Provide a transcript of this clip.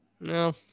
No